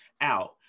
out